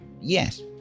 Yes